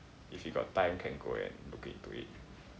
if you got time can go and look into it